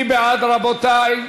מי בעד, רבותי?